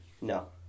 No